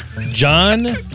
John